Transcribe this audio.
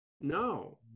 No